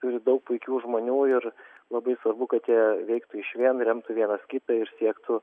turi daug puikių žmonių ir labai svarbu kad jie veiktų išvien remtų vienas kitą ir siektų